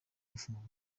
gufungwa